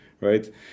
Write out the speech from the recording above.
right